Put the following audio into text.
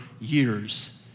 years